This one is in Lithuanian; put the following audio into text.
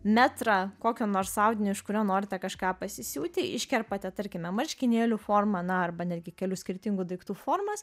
metrą kokio nors audinio iš kurio norite kažką pasisiūti iškerpate tarkime marškinėlių formą na arba netgi kelių skirtingų daiktų formas